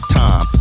time